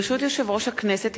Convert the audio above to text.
ברשות יושב-ראש הכנסת,